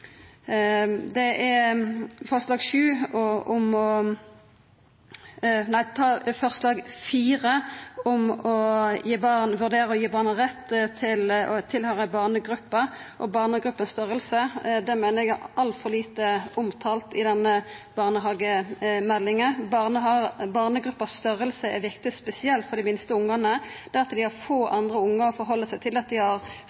nr. 3. Forslag nr. 4, om å vurdera å gi barna rett til å høyra til ei barnegruppe og om barnegruppestørrelse, meiner eg er altfor lite omtalt i denne barnehagemeldinga. Størrelsen på barnegruppa er viktig, spesielt for dei minste ungane. Det at dei har få